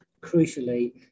crucially